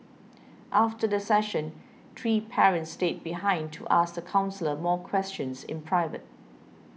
after the session three parents stayed behind to ask the counsellor more questions in private